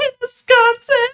Wisconsin